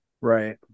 Right